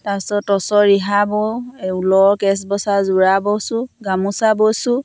তাৰপিছত টচৰ ৰিহা বওঁ এই ঊলৰ কেছবচা যোৰা বৈছোঁ গামোচা বৈছোঁ